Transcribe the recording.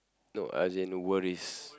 no as in worries